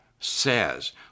says